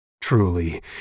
Truly